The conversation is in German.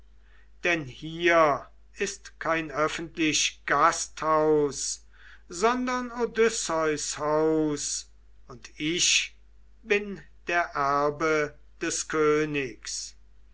denn hier ist kein öffentlich gasthaus sondern odysseus haus und ich bin der erbe des königs